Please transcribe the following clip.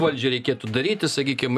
valdžiai reikėtų daryti sakykim